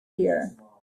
here